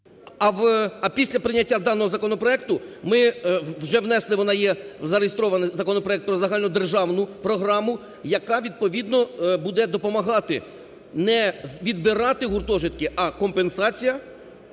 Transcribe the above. а після прийняття даного законопроекту ми вже внесли, вона є зареєстрований законопроект про загальнодержавну програму, яка відповідно буде допомагати не відбирати гуртожитки, а компенсація